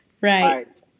right